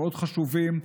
מאוד חשובים.